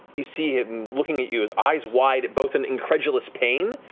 you see him looking at you, his eyes wide, both in incredulous pain,